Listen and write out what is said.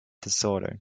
disorder